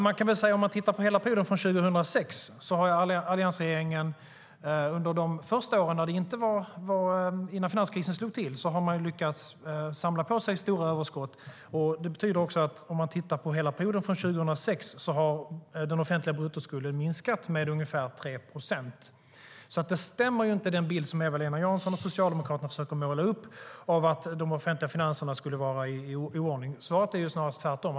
Låt oss titta på hela perioden från 2006. Alliansregeringen lyckades under de första åren, innan finanskrisen slog till, samla på sig stora överskott, och under hela perioden från 2006 har den offentliga bruttoskulden minskat med ungefär 3 procent. Den bild som Eva-Lena Jansson och Socialdemokraterna försöker måla upp av att de offentliga finanserna skulle vara i oordning stämmer alltså inte. Svaret är snarast tvärtom.